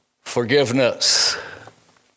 forgiveness